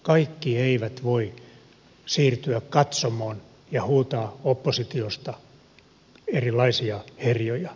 kaikki eivät voi siirtyä katsomoon ja huutaa oppositiosta erilaisia herjoja